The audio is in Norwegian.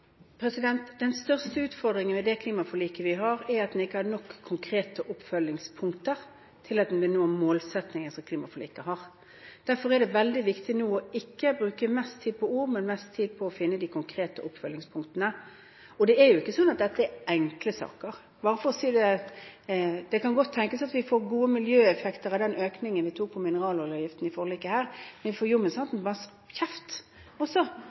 Den største utfordringen ved det klimaforliket vi har, er at man ikke hadde nok konkrete oppfølgingspunkter til at man vil nå den målsettingen som klimaforliket har. Derfor er det veldig viktig nå ikke å bruke mest tid på ord, men å bruke mest tid på å finne de konkrete oppfølgingspunktene. Det er jo ikke sånn at dette er enkle saker. Bare for å si det: Det kan godt tenkes at vi får gode miljøeffekter av den økningen vi foretok på mineraloljeavgiften i forliket her, men vi får jammen santen min kjeft også